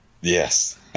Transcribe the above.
Yes